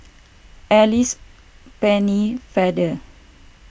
Alice Pennefather